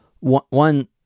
one